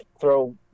throw